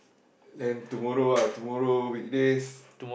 then tomorrow ah tomorrow weekdays